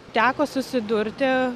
teko susidurti